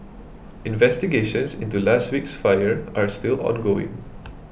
investigations into last week's fire are still ongoing